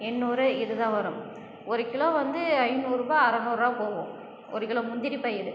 எண்ணூறு இதுதான் வரும் ஒரு கிலோ வந்து ஐநூறுரூவா அறுநூறுரூவா போகும் ஒரு கிலோ முந்திரி பயிறு